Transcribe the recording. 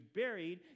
buried